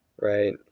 right